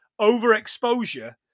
overexposure